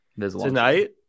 Tonight